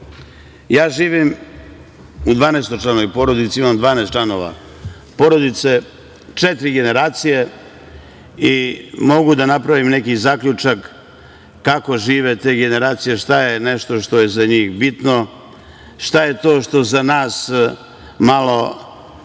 u dvanaestočlanoj porodici, imam dvanaest članova porodice, četiri generacije, i mogu da napravim neki zaključak kako žive te generacije, šta je nešto što je za njih bitno, šta je to što za nas malo